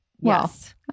Yes